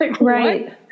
Right